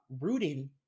Rooting